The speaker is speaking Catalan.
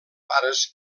pares